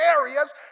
areas